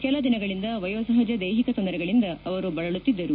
ಕೆಲ ದಿನಗಳಿಂದ ವಯೋ ಸಹಜ ದೈಹಿಕ ತೊಂದರೆಗಳಿಂದ ಅವರು ಬಳಲುತ್ತಿದ್ದರು